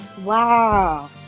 Wow